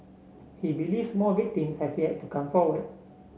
he believes more victims have yet to come forward